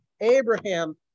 Abraham